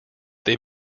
they